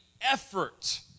effort